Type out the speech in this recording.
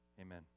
Amen